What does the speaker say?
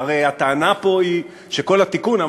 כי הרי הטענה פה היא שכל התיקון הזה,